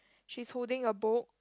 she's holding a book